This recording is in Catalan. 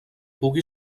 pugui